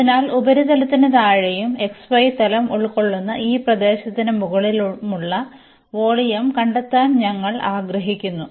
അതിനാൽ ഉപരിതലത്തിന് താഴെയും xy തലം ഉൾക്കൊള്ളുന്ന ഈ പ്രദേശത്തിന് മുകളിലുമുള്ള വോളിയം കണ്ടെത്താൻ ഞങ്ങൾ ആഗ്രഹിക്കുന്നു